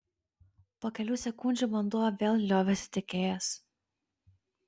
po kelių sekundžių vanduo vėl liovėsi tekėjęs